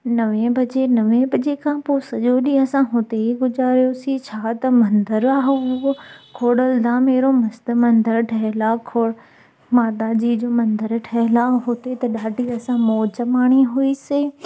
नवे बजे नवे बजे खां पोइ सॼो ॾींहं असां हुते ई गुज़ारियोसीं छा त मंदरु आहे उहो खोडलधाम अहिड़ो मस्तु मंदरु ठहियलु आहे खो माता जी जो मंदरु ठहियलु आहे हुते त असां ॾाढी मौज माणी हुई से